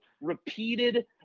repeated